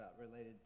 related